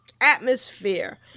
atmosphere